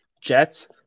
Jets